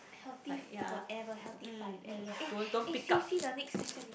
healthy forever healthy five ever eh eh see see the next question eh